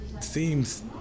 seems